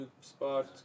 spot